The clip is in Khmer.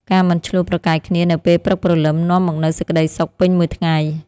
ការមិនឈ្លោះប្រកែកគ្នានៅពេលព្រឹកព្រលឹម នាំមកនូវសេចក្តីសុខពេញមួយថ្ងៃ។